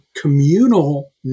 communal